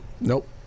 Nope